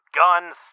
guns